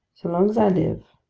so long as i live,